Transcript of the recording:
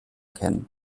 kennen